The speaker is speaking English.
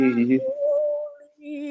holy